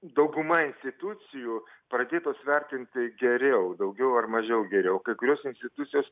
dauguma institucijų pradėtos vertinti geriau daugiau ar mažiau geriau kai kurios institucijos